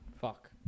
Fuck